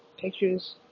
pictures